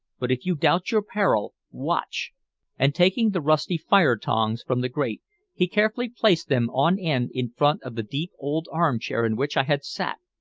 but if you doubt your peril, watch and taking the rusty fire-tongs from the grate he carefully placed them on end in front of the deep old armchair in which i had sat,